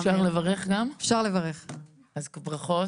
ברכות.